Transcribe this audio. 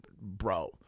bro